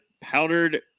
powdered